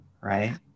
Right